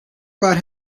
brought